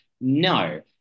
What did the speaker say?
no